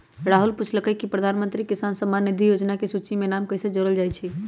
राहुल पूछलकई कि प्रधानमंत्री किसान सम्मान निधि योजना के सूची में नाम कईसे जोरल जाई छई